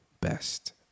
best